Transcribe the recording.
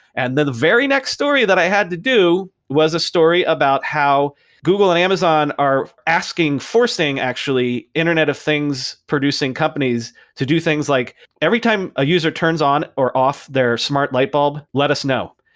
and the very next story that i had to do was a story about how google and amazon are asking, forcing actually internet of things, producing companies to do things like every time a user turns on or off their smart lightbulb, let us know.